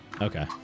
Okay